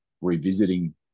revisiting